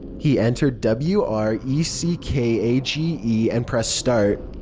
he entered w r e c k a g e and pressed start.